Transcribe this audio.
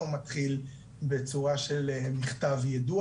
הוא מתחיל בצורה של מכתב יידוע,